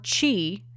chi